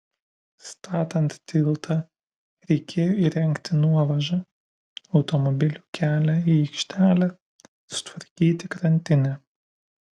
statant tiltą reikėjo įrengti nuovažą automobilių kelią į aikštelę sutvarkyti krantinę